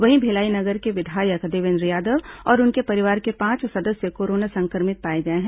वहीं भिलाई नगर के विधायक देवेन्द्र यादव और उनके परिवार के पांच सदस्य कोरोना संक्रमित पाए गए हैं